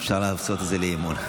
אפשר לעשות את זה אי-אמון.